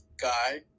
guy